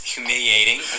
Humiliating